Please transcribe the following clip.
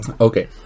Okay